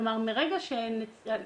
כלומר, מרגע שהנציבות